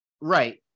right